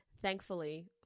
Thankfully